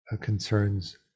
concerns